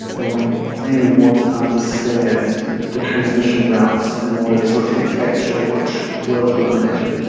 and we really want to understand the transmission routes in order to affect action which will eliminate it.